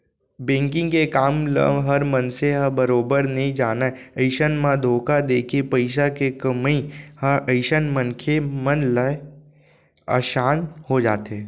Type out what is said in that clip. banking के काम ल हर मनसे ह बरोबर नइ जानय अइसन म धोखा देके पइसा के कमई ह अइसन मनसे मन ले असान हो जाथे